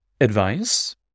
Advice